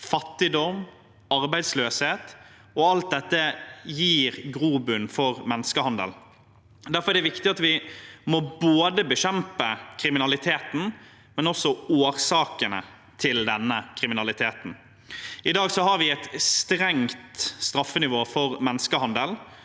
fattigdom og arbeidsløshet, og alt dette gir grobunn for menneskehandel. Derfor er det viktig at vi bekjemper både kriminaliteten og også årsakene til denne kriminaliteten. I dag har vi et strengt straffenivå for menneskehandel,